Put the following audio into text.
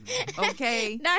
Okay